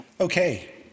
Okay